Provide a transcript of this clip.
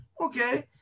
Okay